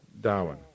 Darwin